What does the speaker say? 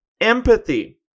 empathy